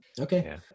Okay